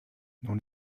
nun